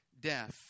death